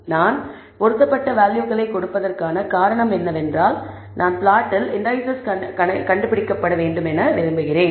நான் பொருத்தப்பட்ட வேல்யூகளைக் கொடுப்பதற்கான காரணம் என்னவென்றால் நான் பிளாட்டில் இண்டீசெஸ் கண்டுபிடிக்கப்பட வேண்டும் என விரும்புகிறேன்